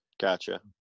Gotcha